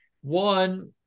One